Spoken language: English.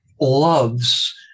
loves